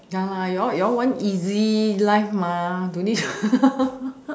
ya lah you all you all want easy life mah don't need to